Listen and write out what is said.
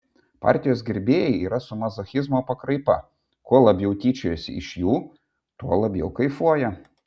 partijos gerbėjai yra su mazochizmo pakraipa kuo labiau tyčiojasi iš jų tuo labiau kaifuoja